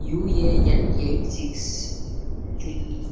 UAN eight six three